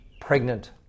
pregnant